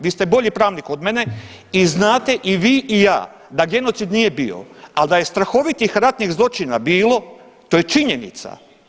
Vi ste bolji pravnik od mene i znate i vi i ja da genocid nije bio, ali da je strahovitih ratnih zločina bilo to je činjenica.